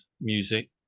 music